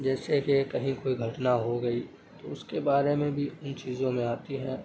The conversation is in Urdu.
جیسے کہ کہیں کوئی گھٹنا ہو گئی تو اس کے بارے میں بھی ان چیزوں میں آتی ہے